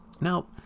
Now